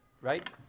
right